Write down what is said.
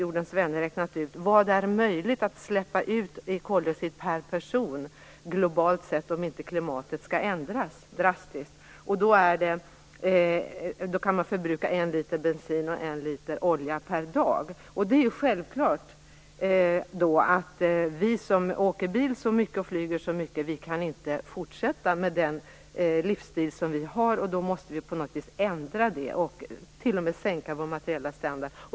Jordens vänner, har räknat ut hur mycket koldioxid per person som är möjligt att släppa ut globalt sett om inte klimatet skall ändras drastiskt. De kom fram till att man kan förbruka en liter bensin och en liter olja per dag. Vi som åker bil och flyger så mycket kan självfallet inte fortsätta med den livsstilen. Vi måste på något vis ändra den och t.o.m. sänka vår materiella standard.